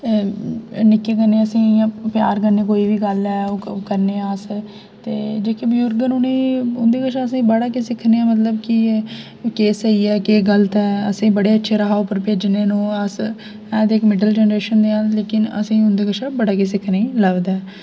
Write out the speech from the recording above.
निक्कें कन्नै असेंगी प्यार कन्नै कोई बी गल्ल ऐ ओह् करने आं अस ते जेह्के बजुर्ग न उ'नेंगी उं'दे कशा असेंगी बड़ा किश सिक्खने मतलब कि केह् स्हेई ऐ केह् गलत ऐ असेंगी बड़े अच्छे राह् उप्पर भेजने न अस ऐ ते इक मिडल जनरेशन होन्ने आं लेकिन असेंगी उं'दे कशा बड़ा किश सक्खने गी लभदा ऐ